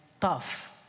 tough